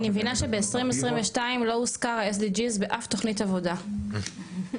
אני מבינה שב-2022 לא הוזכר ה-SDG באף תוכנית עבודה ממשלתית.